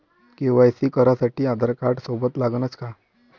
KYC करासाठी आधारकार्ड सोबत लागनच का?